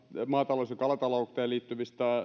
maatalous ja kalatalouteen liittyvistä